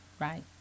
right